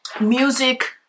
music